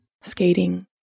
Skating